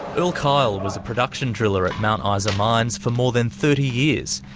earl kyle was a production driller at mount ah isa mines for more than thirty years.